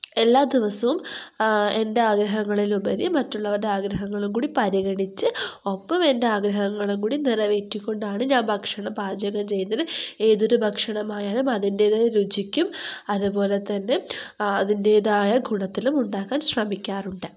എല്ലാദിവസും എൻ്റെ ആഗ്രഹങ്ങളിലുപരി മറ്റുള്ളവരുടെ ആഗ്രഹങ്ങളുംകൂടി പരിഗണിച്ച് ഒപ്പം എൻ്റെ ആഗ്രഹങ്ങളുംകൂടി നിറവേറ്റിക്കൊണ്ടാണ് ഞാൻ ഭക്ഷണം പാചകം ചെയ്യുന്നത് ഏതൊരു ഭക്ഷണമായാലും അതിന്റേതായ രുചിക്കും അതുപോലെതന്നെ അതിന്റേതായ ഗുണത്തിലും ഉണ്ടാക്കാൻ ശ്രമിക്കാറുണ്ട്